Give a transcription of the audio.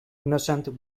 innocent